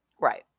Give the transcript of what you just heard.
Right